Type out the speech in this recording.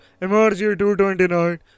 MRG229